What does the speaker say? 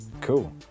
Cool